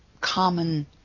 common